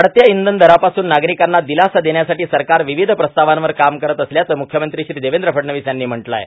वाढत्या इंधन दरापासून नागरिकांना दिलासा देण्यासाठी सरकार विविध प्रस्तावांवर काम करत असल्याचं मुख्यमंत्री श्री देवेंद्र फडणवीस यांनी म्हटलं आहे